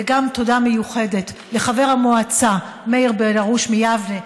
וגם תודה מיוחדת לחבר המועצה מאיר בן הרוש מיבנה,